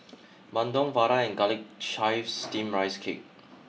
Bandung Vadai and Garlic Chives Steamed Rice Cake